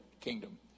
kingdom